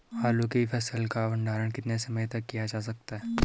आलू की फसल का भंडारण कितने समय तक किया जा सकता है?